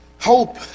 Hope